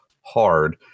hard